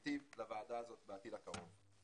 אמיתי בפני הוועדה הזאת בעתיד הקרוב.